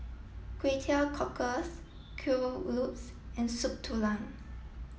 Kway Teow Cockles Kuih Lopes and soup Tulang